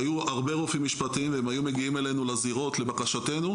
היו הרבה רופאים משפטיים והם היו מגיעים אלינו לזירות לבקשתנו.